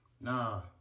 Nah